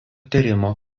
tyrimo